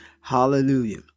Hallelujah